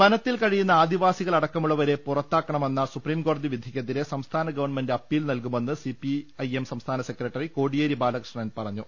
വനത്തിൽ കഴിയുന്ന ആദിവാസികളടക്കമുള്ളവരെ പുറത്താ ക്കണമെന്ന സുപ്രീം കോടതി വിധിക്കെതിരെ സംസ്ഥാന ഗവൺമെന്റ് അപ്പീൽ നൽകുമെന്ന് സിപിഐഎം സംസ്ഥാന സെക്രട്ടറി കോടി യേരി ബാലകൃഷ്ണൻ പറഞ്ഞു